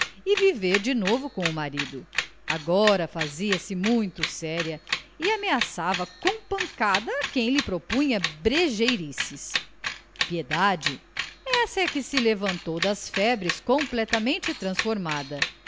e viver de novo com o marido agora fazia-se muito séria e ameaçava com pancada a quem lhe propunha brejeirices piedade essa e que se levantou das febres completamente transformada